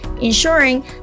ensuring